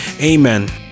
amen